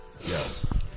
Yes